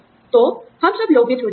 तो हम सभी लोभित हो जाते हैं